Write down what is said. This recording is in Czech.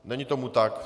Není tomu tak.